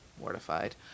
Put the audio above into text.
Mortified